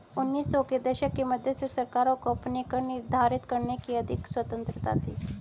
उन्नीस सौ के दशक के मध्य से सरकारों को अपने कर निर्धारित करने की अधिक स्वतंत्रता थी